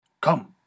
Come